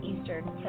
Eastern